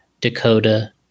Dakota